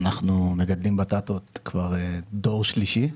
אנחנו מגדלים בטטות כבר דור שלישי.